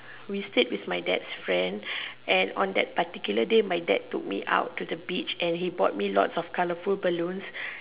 we stayed with my dad's friend and on that particular day my dad took me out to the beach and he bought me lots of colourful balloons